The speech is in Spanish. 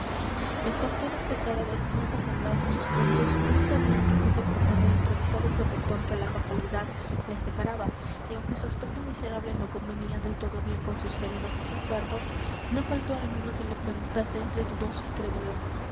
los pastores de cada vez más asombrados y suspensos no sabían qué juicio formar del improvisado protector que la casualidad les deparaba y aunque su aspecto miserable no convenía del todo bien con sus generosas ofertas no faltó alguno que le preguntase entre dudoso